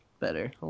better